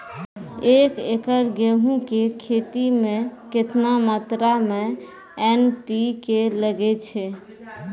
एक एकरऽ गेहूँ के खेती मे केतना मात्रा मे एन.पी.के लगे छै?